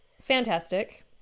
fantastic